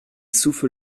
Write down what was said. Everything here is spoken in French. souffle